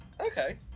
Okay